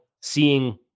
seeing